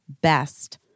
best